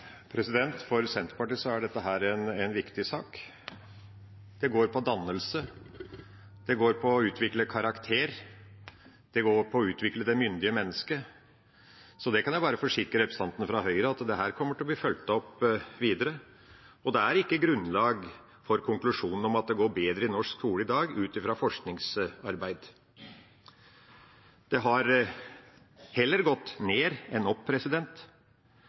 dette en viktig sak. Det går på dannelse, det går på å utvikle karakter, det går på å utvikle det myndige mennesket. Så jeg kan bare forsikre representanten fra Høyre om at dette kommer til å bli fulgt opp videre. Det er ikke grunnlag for noen konklusjon om at det går bedre i norsk skole i dag, ut fra forskningsarbeid. Det har heller gått ned enn opp.